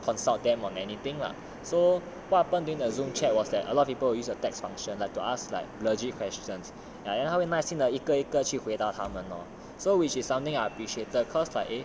consult them on anything lah so what happen during the zoom chat was that a lot of people will use the text function like to ask like legit questions like then 他会耐心的一个一个去回答他们 lor so which is something I appreciated cause like eh